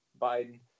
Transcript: Biden